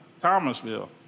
Thomasville